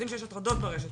יודעים שיש הטרדות ברשת,